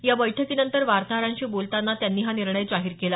या बैठकीनंतर वार्ताहरांशी बोलताना चव्हाण यांनी हा निर्णय जाहीर केला